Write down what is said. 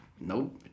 Nope